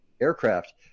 aircraft